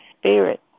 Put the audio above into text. spirit